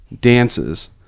Dances